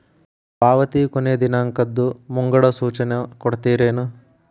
ಪಾವತಿ ಕೊನೆ ದಿನಾಂಕದ್ದು ಮುಂಗಡ ಸೂಚನಾ ಕೊಡ್ತೇರೇನು?